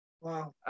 Wow